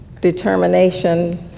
determination